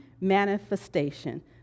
manifestation